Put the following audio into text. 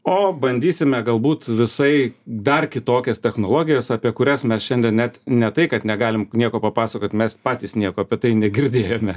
o bandysime galbūt visai dar kitokias technologijas apie kurias mes šiandien net ne tai kad negalim nieko papasakot mes patys nieko apie tai negirdėjome